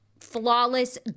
Flawless